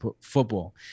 football